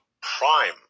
prime